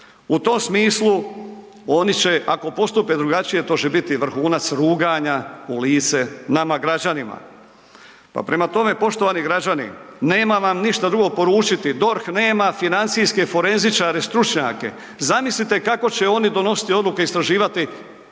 U tom smislu oni će ako postupe drugačije to će biti vrhunac ruganja u lice nama građanima. Pa prema tome, poštovani građani nemam vam ništa drugo poručiti, DORH nema financijske forenzičare stručnjake, zamislite kako će oni donositi odluke i istraživati